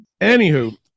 Anywho